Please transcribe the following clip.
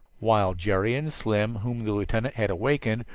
while jerry and slim, whom the lieutenant had wakened,